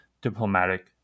diplomatic